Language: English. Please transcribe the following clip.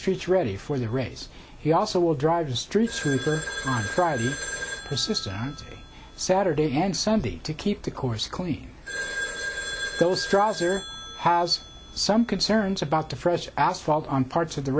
streets ready for the race he also will drive the streets who drive persistent saturday and sunday to keep the course clean those trouser has some concerns about the fresh asphalt on parts of the